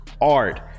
art